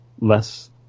less